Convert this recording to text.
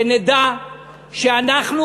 שנדע שאנחנו,